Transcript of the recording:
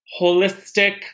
holistic